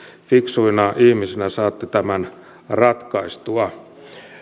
fiksuina ihmisinä saatte tämän ratkaistua